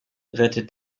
rettet